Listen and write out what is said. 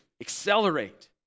accelerate